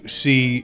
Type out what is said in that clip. see